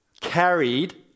carried